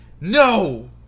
No